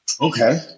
Okay